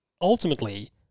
ultimately